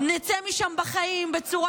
נצא משם בחיים בצורה